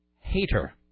hater